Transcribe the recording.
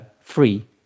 free